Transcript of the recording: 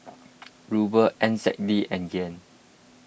Ruble N Z D and Yen